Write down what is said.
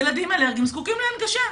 ילדים אלרגיים זקוקים להנגשה.